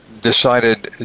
decided